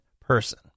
person